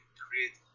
create